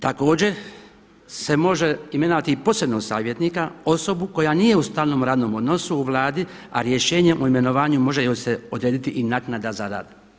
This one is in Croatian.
Također se može imenovati i posebnog savjetnika, osobu koja nije u stalnom radnom odnosu u Vladi a rješenjem o imenovanju može joj se odrediti i naknada za rad.